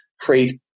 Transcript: create